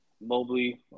Mobley